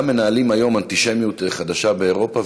גם מנהלים היום אנטישמיות חדשה באירופה.